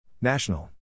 National